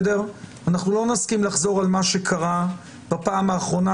אנחנו לא נסכים לחזור על מה שקרה בפעם האחרונה,